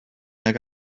nag